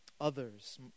Others